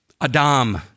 adam